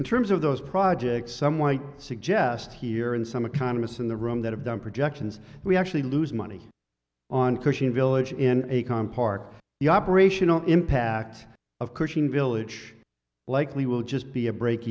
in terms of those projects some white suggest here and some economists in the room that have done projections we actually lose money on cushing village in a calm park the operational impact of cushing village likely will just be a break